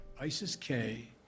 ISIS-K